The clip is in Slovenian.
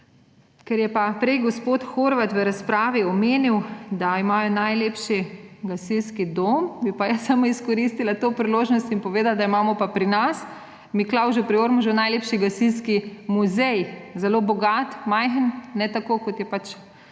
Ker je pa prej gospod Horvat v razpravi omenil, da imajo najlepši gasilski dom, bi jaz samo izkoristila to priložnost in povedala, da imamo pa pri nas v Miklavžu pri Ormožu najlepši gasilski muzej, zelo bogat, majhen, ne tako, kot je